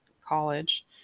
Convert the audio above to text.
college